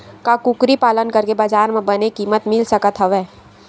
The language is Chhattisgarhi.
का कुकरी पालन करके बजार म बने किमत मिल सकत हवय?